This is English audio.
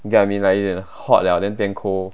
you get what I mean like 有一点 hot liao then cold